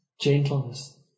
gentleness